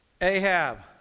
Ahab